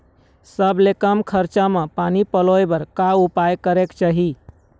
सबले कम खरचा मा पानी पलोए बर का उपाय करेक चाही?